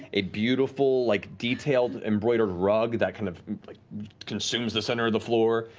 a beautiful like detailed embroidered rug that kind of like consumes the center of the floor.